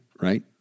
right